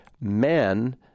men